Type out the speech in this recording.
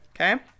Okay